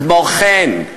כמו כן,